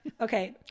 okay